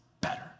better